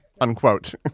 unquote